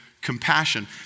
compassion